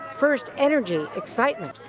first, energy, excitement.